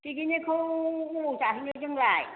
पिकनिकखौ बबेयाव जाहैयो जोंलाय